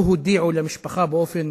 לא הודיעו למשפחה באופן